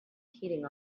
heating